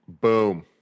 Boom